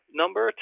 number